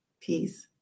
Peace